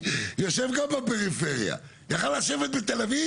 איזו פריצה גדולה מצד האוצר בנושא של הדיור.